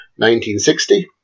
1960